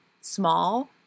small